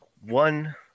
one